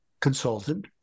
consultant